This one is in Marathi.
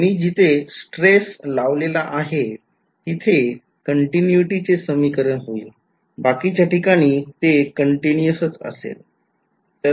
मी जिथे स्ट्रेस लावलेला आहे तिथे continuity चे समीकरण होईल बाकीच्या ठिकाणी ते continuous च असेल